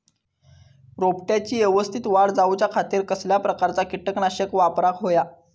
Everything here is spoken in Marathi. रोपट्याची यवस्तित वाढ जाऊच्या खातीर कसल्या प्रकारचा किटकनाशक वापराक होया?